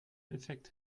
effekt